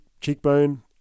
cheekbone